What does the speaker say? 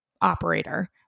operator